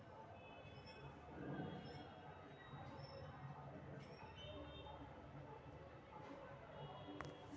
महावीरा ने बतल कई कि वह फ्रंट एंड लोडर मशीन खरीदेला चाहा हई